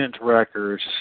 records